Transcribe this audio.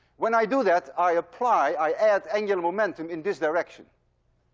when i do that, i apply, i add angular momentum in this direction.